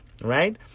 right